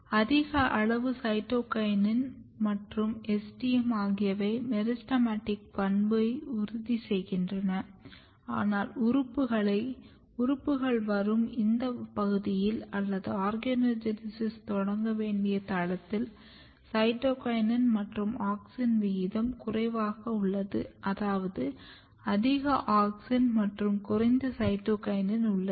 அதிக அளவு சைட்டோகினின் மற்றும் STM ஆகியவை மெரிஸ்டெமடிக் பண்பை உறுதி செய்கின்றன ஆனால் உறுப்புகள் வரும் இந்த பகுதியில் அல்லது ஆர்கனோஜெனீசிஸ் தொடங்க வேண்டிய தளத்தில் சைட்டோகினின் மற்றும் ஆக்ஸின் விகிதம் குறைவாக உள்ளது அதாவது அதிக ஆக்ஸின் மற்றும் குறைந்த சைட்டோகினின் உள்ளது